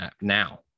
now